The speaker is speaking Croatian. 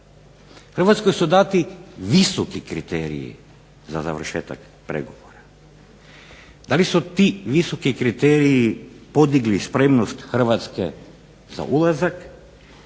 Hrvatskoj su dati visoki kriteriji za završetak pregovora. DA li su ti visoki kriteriji podigli spremnost Hrvatske za ulazak